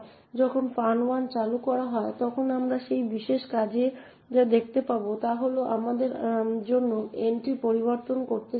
যখন fun1 চালু করা হয় তখন আমরা এই বিশেষ কাজে যা দেখতে পাব তা হল আমরা আমাদের জন্য এন্ট্রি পরিবর্তন করতে যাচ্ছি